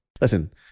Listen